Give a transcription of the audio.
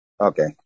okay